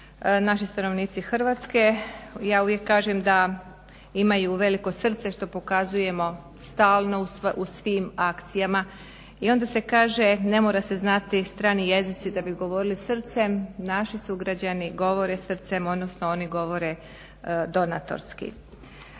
naši stanovnici Hrvatske. Ja uvijek kažem da imaju veliko srce što pokazujemo stalno u svima akcijama i onda se kaže ne mora se znati strani jezici da bi govorili srcem. Naši sugrađani govore srcem, odnosno oni govore donatorski.